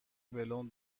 بلوند